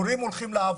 הלילה נחצה